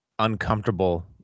uncomfortable